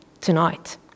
tonight